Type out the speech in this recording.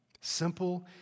Simple